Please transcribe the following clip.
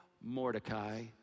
Mordecai